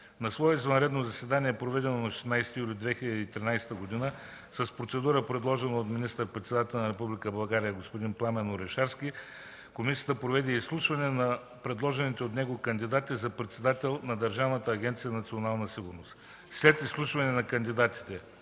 На свое извънредно заседание, проведено на 16 юли 2013 г., с процедура, предложена от министър-председателя на Република България господин Пламен Орешарски, Комисията проведе изслушване на предложените от него кандидати за председател на Държавната агенция „Национална сигурност”. След изслушване на кандидатите